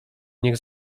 niech